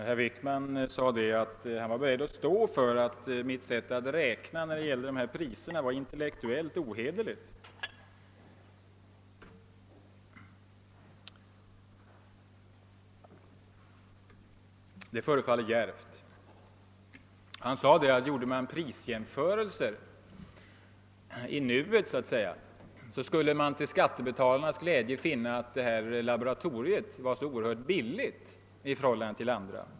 Herr talman! Herr Wickman sade att han var beredd att stå för påståendet att mitt sätt att räkna när det gällde dessa priser var intellektuellt ohederligt. Det förefaller djärvt. Han sade att om man gjorde prisjämförelser i nuet, skulle man till skattebetalarnas glädje finna att SBL var oerhört billigt i förhållande till andra.